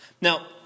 Now